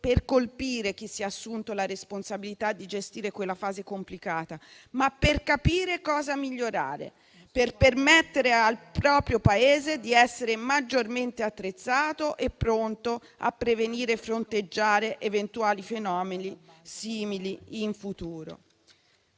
per colpire chi si è assunto la responsabilità di gestire quella fase complicata, ma per capire cosa migliorare per permettere al proprio Paese di essere maggiormente attrezzato e pronto a prevenire e fronteggiare eventuali fenomeni simili in futuro.